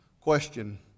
Question